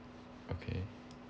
okay